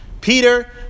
peter